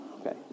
Okay